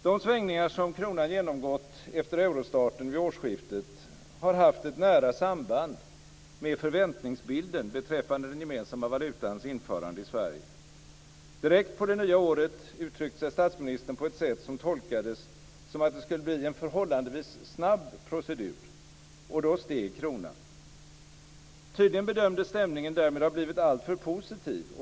De svängningar som kronan genomgått efter eurostarten vid årsskiftet har haft ett nära samband med förväntningsbilden beträffande den gemensamma valutans införande i Sverige. Direkt på det nya året uttryckte sig statsministern på ett sätt som tolkades som att det skulle bli en förhållandevis snabb procedur, och då steg kronan. Tydligen bedömdes stämningen därmed ha blivit alltför positiv.